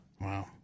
Wow